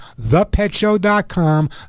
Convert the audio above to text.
thepetshow.com